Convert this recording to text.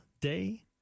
Day